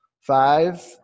Five